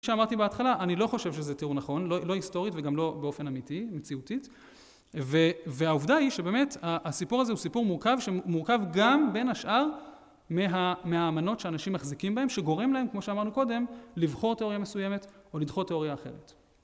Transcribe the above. כמו שאמרתי בהתחלה, אני לא חושב שזה תיאור נכון, לא היסטורית וגם לא באופן אמיתי, מציאותית. והעובדה היא, שבאמת הסיפור הזה הוא סיפור מורכב, שמורכב גם בין השאר מהאמנות שאנשים מחזיקים בהם, שגורם להם, כמו שאמרנו קודם, לבחור תיאוריה מסוימת, או לדחות תיאוריה אחרת.